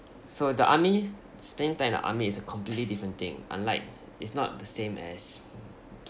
so the army spending time in the army is a completely different thing unlike it's not the same as